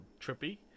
trippy